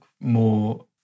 more